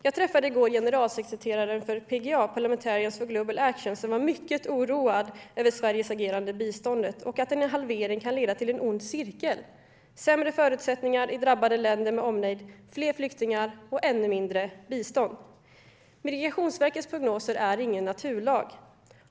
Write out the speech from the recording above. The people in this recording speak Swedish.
Jag träffade i går generalsekreteraren för PGA, Parliamentarians for Global Action, som var mycket oroad över Sveriges agerande i fråga om biståndet. En halvering kan leda till en ond cirkel - sämre förutsättningar i drabbade länder med omnejd, fler flyktingar och ännu mindre bistånd. Migrationsverkets prognoser är ingen naturlag.